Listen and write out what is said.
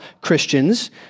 Christians